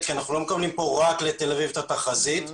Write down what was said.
כי אנחנו לא מקבלים את התחזית רק לתל אביב.